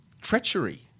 Treachery